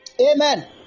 Amen